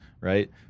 right